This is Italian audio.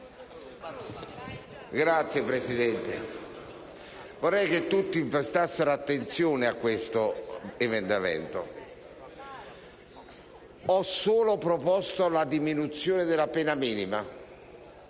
Signor Presidente, vorrei che tutti prestassero attenzione a questo emendamento. Ho solo proposto la diminuzione della pena minima,